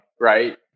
right